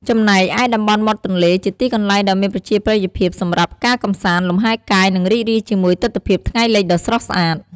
ចំណែកឯតំបន់មាត់ទន្លេ ជាទីកន្លែងដ៏មានប្រជាប្រិយភាពសម្រាប់ការកម្សាន្ត លំហែកាយ និងរីករាយជាមួយទិដ្ឋភាពថ្ងៃលិចដ៏ស្រស់ស្អាត។